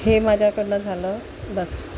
हे माझ्याकडून झालं बस